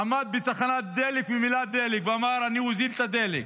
עמד בתחנת דלק ומילא דלק ואמר: אני אוזיל את הדלק.